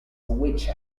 which